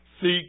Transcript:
seek